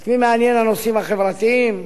את מי מעניין הנושאים החברתיים?